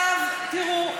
תראו,